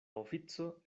ofico